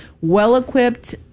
well-equipped